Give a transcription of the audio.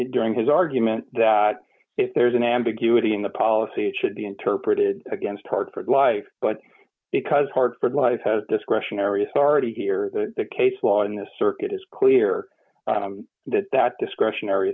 statement during his argument that if there's an ambiguity in the policy it should be interpreted against hartford life but because hartford life has discretionary authority here the case law in this circuit is clear that that discretionary